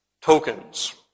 tokens